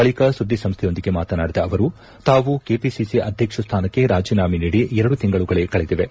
ಬಳಿಕ ಸುದ್ದಿಸಂಸ್ದೆಯೊಂದಿಗೆ ಮಾತನಾದಿದ ಅವರು ತಾವು ಕೆಪಿಸಿಸಿ ಅಧ್ಯಕ್ಷ ಸ್ಥಾನಕ್ಕೆ ರಾಜೀನಾಮೆ ನೀದಿ ಎರದು ತಿಂಗಳುಗಳೇ ಕಳೆದಿವೆ